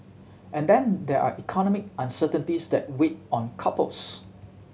and then there are economic uncertainties that weigh on couples